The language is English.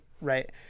right